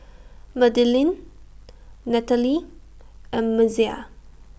Madilynn Natalee and Messiah